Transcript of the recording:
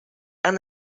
han